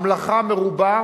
המלאכה מרובה,